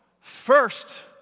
first